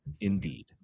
Indeed